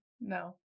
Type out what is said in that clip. No